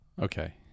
Okay